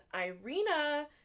Irina